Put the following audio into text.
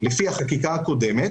לפי החקיקה הקודמת,